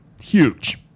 huge